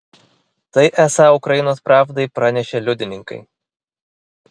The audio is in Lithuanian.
tai esą ukrainos pravdai pranešė liudininkai